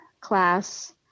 class